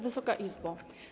Wysoka Izbo!